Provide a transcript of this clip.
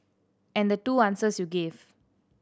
and the two answers you gave